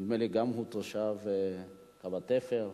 נדמה לי, גם הוא תושב קו התפר.